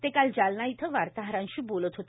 ते काल जालना इथं वार्ताहरांशी बोलत होते